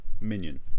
Minion